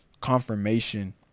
confirmation